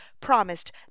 promised